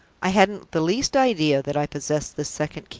i hadn't the least idea that i possessed this second key.